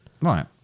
Right